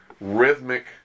rhythmic